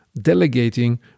delegating